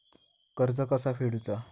कर्ज कसा फेडुचा?